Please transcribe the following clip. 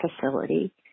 facility